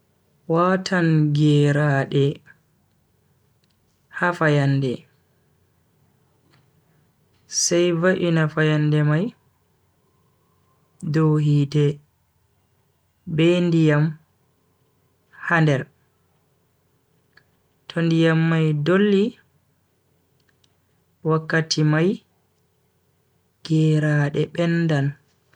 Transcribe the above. Watan geraade ha fayande, sai va'ina fayande mai dow hite be ndiyam ha nder to ndiyam mai dolli wakkati mai geeraade bendan.